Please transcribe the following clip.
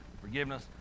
forgiveness